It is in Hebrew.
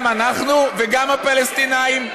גם אנחנו וגם הפלסטינים.